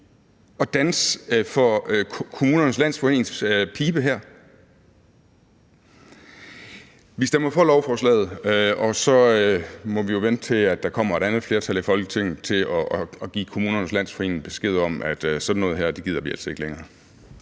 at danse efter Kommunernes Landsforenings pibe her? Vi stemmer for lovforslaget, og så må vi jo vente, til der kommer et andet flertal i Folketinget, med at give Kommunernes Landsforening besked om, at sådan noget her gider vi altså ikke længere.